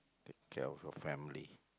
take care of your family